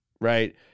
right